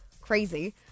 Crazy